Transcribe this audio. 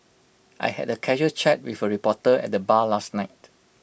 I had A casual chat with A reporter at the bar last night